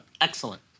Excellent